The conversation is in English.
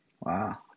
Wow